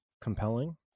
compelling